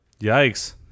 Yikes